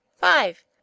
Five